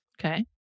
Okay